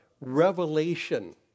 revelation